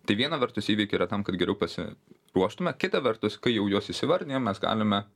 tai viena vertus įvykiai yra tam kad geriau pasi ruoštume kita vertus kai jau juos įsivardijam mes galime